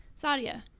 Sadia